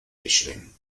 mischling